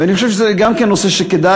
אני חושב שזה גם כן נושא שכדאי,